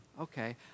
okay